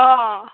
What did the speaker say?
अ'